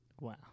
wow